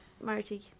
Marty